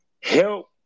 help